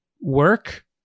work